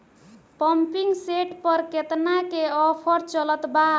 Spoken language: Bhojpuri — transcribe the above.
पंपिंग सेट पर केतना के ऑफर चलत बा?